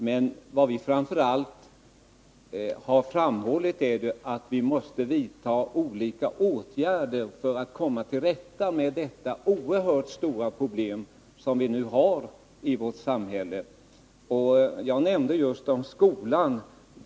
Men vad vi framför allt har framhållit är att man måste vidta olika åtgärder för att komma till rätta med detta oerhört stora problem som vi nu har i vårt samhälle. Jag nämnde just skolan.